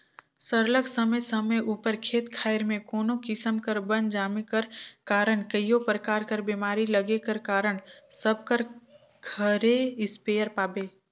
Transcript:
सरलग समे समे उपर खेत खाएर में कोनो किसिम कर बन जामे कर कारन कइयो परकार कर बेमारी लगे कर कारन सब कर घरे इस्पेयर पाबे